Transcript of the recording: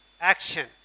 action